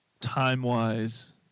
time-wise